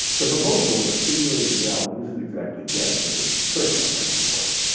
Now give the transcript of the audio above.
the proposal of a simulated reality isn't exactly dead, but it's certainly on life support.